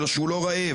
אלא שהוא לא רעב.